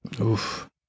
Oof